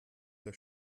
der